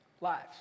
lives